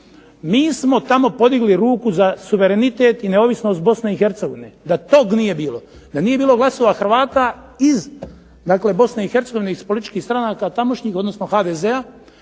mi smo tamo podigli ruku za suverenitet i neovisnost Bosne i Hercegovine. Da toga nije bilo, da nije bilo glasova HRvata iz Bosne i Hercegovine iz političkih stranaka tamošnjih odnosno HDZ-a,